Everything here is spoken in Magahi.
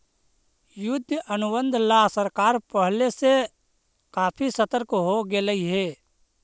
युद्ध अनुबंध ला सरकार पहले से काफी सतर्क हो गेलई हे